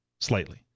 Slightly